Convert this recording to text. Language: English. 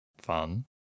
Fun